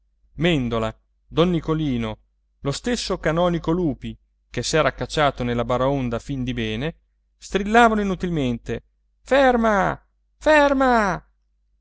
mèndola don nicolino lo stesso canonico lupi che s'era cacciato nella baraonda a fin di bene strillavano inutilmente ferma ferma